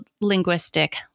linguistic